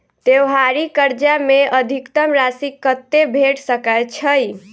त्योहारी कर्जा मे अधिकतम राशि कत्ते भेट सकय छई?